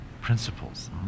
principles